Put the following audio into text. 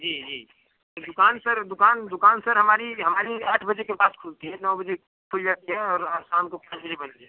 जी जी ये दुकान सर दुकान दुकान सर हमारी हमारी आठ बजे के बाद खुलती है नौ बजे खुल जाती है और शाम को पाँच बजे बंद हो जाती